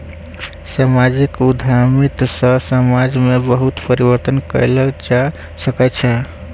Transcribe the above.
सामाजिक उद्यमिता सॅ समाज में बहुत परिवर्तन कयल जा सकै छै